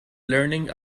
learning